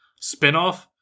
spinoff